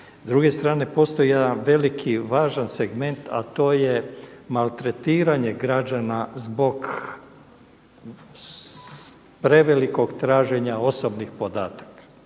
druge strane, postoji jedan veliki važan segment, a to je maltretiranje građana zbog prevelikog traženja osobnih podataka.